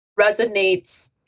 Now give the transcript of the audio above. resonates